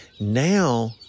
Now